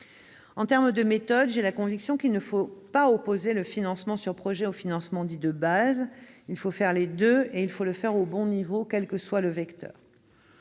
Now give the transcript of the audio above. Au titre des méthodes, j'ai la conviction qu'il ne faut pas opposer le financement sur projet au financement dit « de base ». Il faut recourir aux deux procédés, et il faut les employer au bon niveau, quel que soit le vecteur.